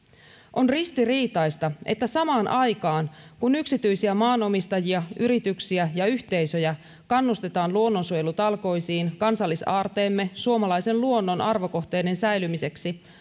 on ristiriitaista että samaan aikaan kun yksityisiä maanomistajia yrityksiä ja yhteisöjä kannustetaan luonnonsuojelutalkoisiin kansallisaarteemme suomalaisen luonnon arvokohteiden säilymiseksi